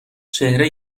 چهره